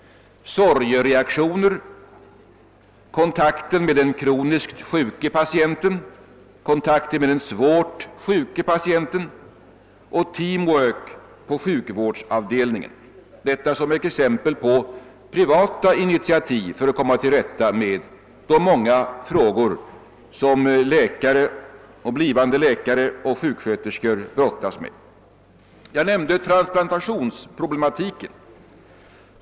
Detta är alltså ett exempel på privata initiativ för att komma till rätta med de många frågor som läkare, blivande läkare och sjuksköterskor brottas med. Jag nämnde transplantationsproblematiken.